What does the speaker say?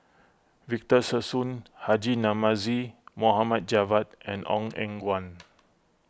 Victor Sassoon Haji Namazie Mohd Javad and Ong Eng Guan